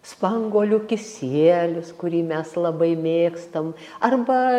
spanguolių kisielius kurį mes labai mėgstam arba